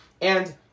And-